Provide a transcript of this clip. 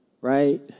right